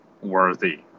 worthy